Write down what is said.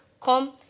come